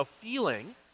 feeling